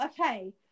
Okay